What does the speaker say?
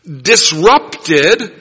disrupted